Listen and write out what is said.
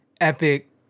epic